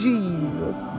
Jesus